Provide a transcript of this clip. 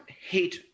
hate